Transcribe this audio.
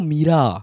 Mira